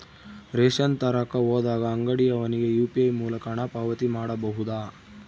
Ration ತರಕ ಹೋದಾಗ ಅಂಗಡಿಯವನಿಗೆ ಯು.ಪಿ.ಐ ಮೂಲಕ ಹಣ ಪಾವತಿ ಮಾಡಬಹುದಾ?